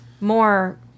more